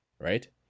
right